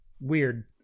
weird